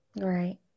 Right